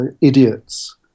idiots